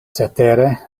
cetere